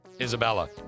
Isabella